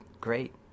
great